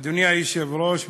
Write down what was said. אדוני היושב-ראש,